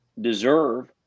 deserve